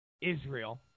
Israel